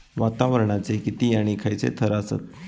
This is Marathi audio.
वातावरणाचे किती आणि खैयचे थर आसत?